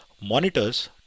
monitors